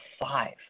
five